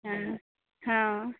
हँ हँ